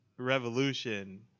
revolution